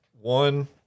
one